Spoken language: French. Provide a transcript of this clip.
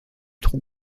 trou